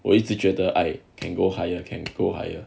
我一直觉得 I can go higher can go higher